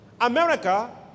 America